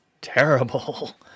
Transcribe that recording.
terrible